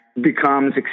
becomes